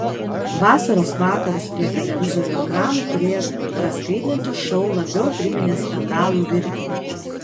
vasaros vakarus prie televizorių ekranų turėjęs praskaidrinti šou labiau priminė skandalų virtinę